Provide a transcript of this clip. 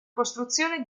costruzione